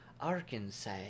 Arkansas